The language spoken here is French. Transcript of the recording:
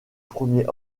premier